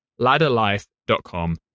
ladderlife.com